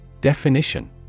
Definition